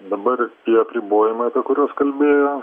dabar tie apribojimai apie kuriuos kalbėjo